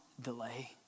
delay